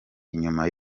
inyuma